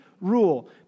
rule